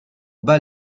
bas